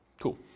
Cool